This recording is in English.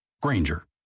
Granger